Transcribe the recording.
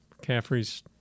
Caffrey's –